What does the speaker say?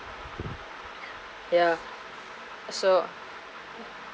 ya so